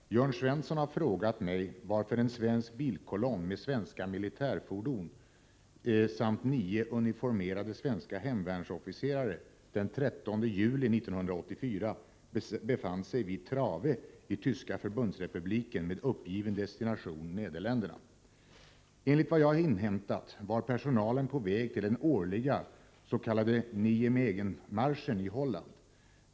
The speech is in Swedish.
Fru talman! Jörn Svensson har frågat mig varför en svensk bilkolonn med svenska militärfordon samt nio uniformerade svenska hemvärnsofficerare den 13 juli 1984 befann sig vid Trave i Tyska Förbundsrepubliken med uppgiven destination Nederländerna. Enligt vad jag inhämtat var personalen på väg till den årliga s.k. Nijmegen-marschen i Holland.